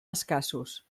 escassos